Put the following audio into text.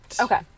Okay